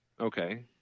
Okay